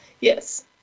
Yes